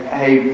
hey